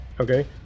Okay